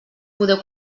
podeu